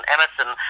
Emerson